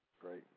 Great